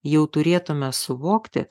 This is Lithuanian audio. jau turėtume suvokti